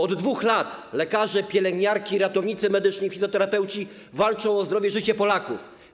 Od 2 lat lekarze, pielęgniarki, ratownicy medyczni i fizjoterapeuci walczą o zdrowie i życie Polaków.